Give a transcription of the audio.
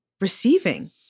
receiving